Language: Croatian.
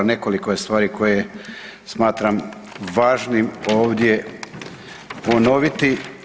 Nekoliko je stvari koje smatram važnim ovdje ponoviti.